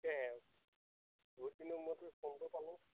বহুদিনৰ মূৰত ফোনটো পালোঁ